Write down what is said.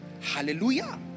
Hallelujah